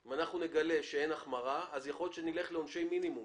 שגם אני מאוד נרתע מלהוסיף עונשי מינימום.